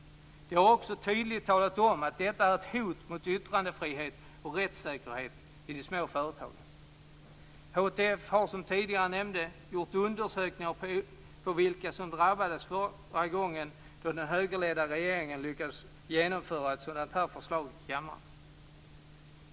De har tydligt talat om att detta är ett hot mot yttrandefriheten och rättssäkerheten i de små företagen. HTF har, som jag tidigare har nämnt, gjort undersökningar om vilka som drabbades förra gången, då den högerledda regeringen lyckades genomföra ett sådant förslag i kammaren.